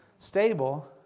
stable